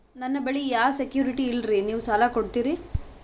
ನನ್ನ ಬಳಿ ಯಾ ಸೆಕ್ಯುರಿಟಿ ಇಲ್ರಿ ನೀವು ಸಾಲ ಕೊಡ್ತೀರಿ?